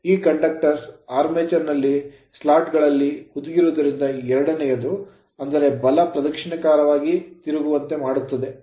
ಈ conductors ವಾಹಕಗಳು armature armature ನಲ್ಲಿ slot ಸ್ಲಾಟ್ ಗಳಲ್ಲಿ ಹುದುಗಿರುವುದರಿಂದ ಎರಡನೆಯದು ಅಂದರೆ ಬಲ ಪ್ರದಕ್ಷಿಣಾಕಾರವಾಗಿ ತಿರುಗುವಂತೆ ಮಾಡುತ್ತದೆ